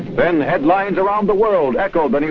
then headlines around the world echoed but